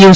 you